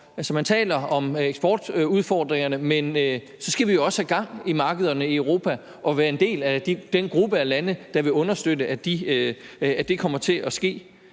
man taler om eksportudfordringerne, men så skal vi jo også have gang i markederne i Europa og være en del af den gruppe af lande, der vil understøtte, at det kommer til at ske